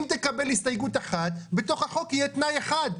אם תקבל הסתייגות אחת בתוך החוק יהיה תנאי אחד.